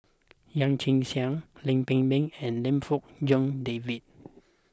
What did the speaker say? Yee Chia Hsing Lam Pin Min and Lim Fong Jock David